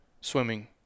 swimming